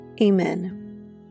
Amen